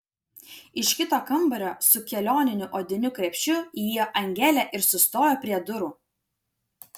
iš kito kambario su kelioniniu odiniu krepšiu įėjo angelė ir sustojo prie durų